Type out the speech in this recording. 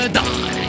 die